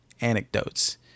anecdotes